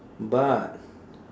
but